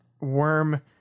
worm